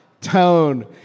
tone